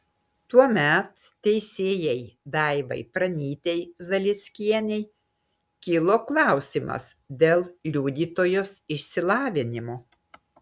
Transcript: tuomet teisėjai daivai pranytei zalieckienei kilo klausimas dėl liudytojos išsilavinimo